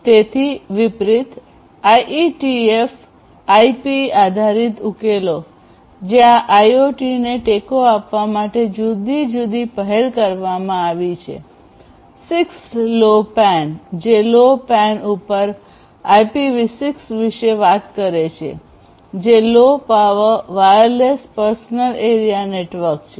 તેનાથી વિપરિત IETF IP આધારિત ઉકેલો જ્યાં આઇઓટીને ટેકો આપવા માટે જુદી જુદી પહેલ કરવામાં આવી છે 6LoWPAN જે LoWPAN ઉપર IPv6 વિશે વાત કરે છે જે low power wireless personal area network છે